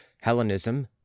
Hellenism